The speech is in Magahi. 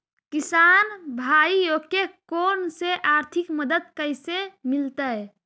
किसान भाइयोके कोन से आर्थिक मदत कैसे मीलतय?